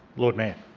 lord mayor